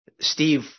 Steve